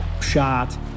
shot